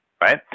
right